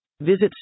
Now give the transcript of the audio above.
Visit